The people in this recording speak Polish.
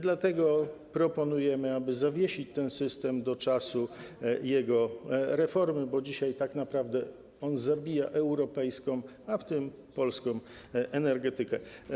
Dlatego proponujemy, aby zawiesić ten system do czasu jego reformy, bo dzisiaj tak naprawdę on zabija europejską, w tym polską, energetykę.